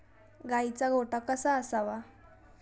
गाईचा गोठा कसा असावा?